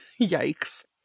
yikes